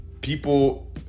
people